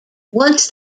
once